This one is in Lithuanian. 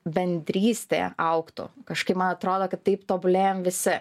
bendrystė augtų kažkaip man atrodo kad taip tobulėjam visi